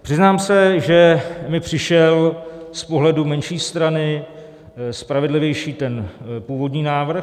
Přiznám se, že mi přišel z pohledu menší strany spravedlivější ten původní návrh.